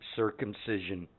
circumcision